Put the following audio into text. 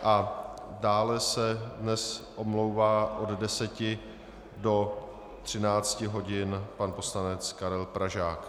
A dále se dnes omlouvá od 10 do 13 hodin pan poslanec Karel Pražák.